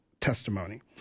testimony